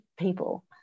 people